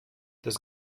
das